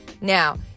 Now